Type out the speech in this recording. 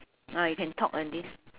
now you can talk already